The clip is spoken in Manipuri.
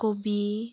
ꯀꯣꯕꯤ